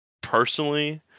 personally